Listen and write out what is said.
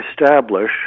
establish